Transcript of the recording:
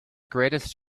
greatest